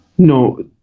No